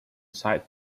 side